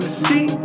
see